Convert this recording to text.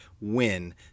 win